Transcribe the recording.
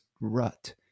rut